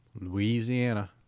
Louisiana